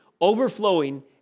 overflowing